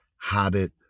habit